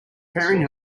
preparing